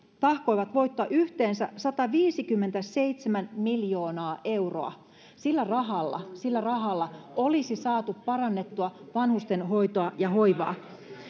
tahkosivat voittoa yhteensä sataviisikymmentäseitsemän miljoonaa euroa sillä rahalla sillä rahalla olisi saatu parannettua vanhustenhoitoa ja hoivaa